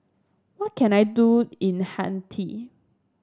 what can I do in Haiti